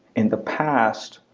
in the past,